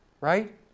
Right